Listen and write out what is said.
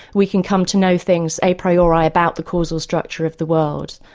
we can come to know things a priori about the causal structure of the world.